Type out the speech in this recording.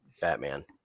Batman